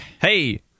Hey